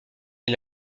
est